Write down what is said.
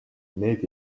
need